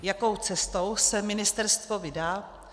Jakou cestou se ministerstvo vydá?